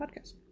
podcast